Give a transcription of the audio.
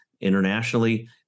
internationally